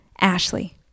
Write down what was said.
Ashley